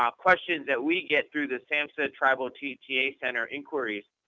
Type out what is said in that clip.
um questions that we get through the samhsa tribal tta center inquiries.